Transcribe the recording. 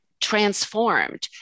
transformed